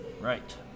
Right